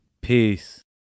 Peace